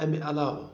امہِ علاوٕ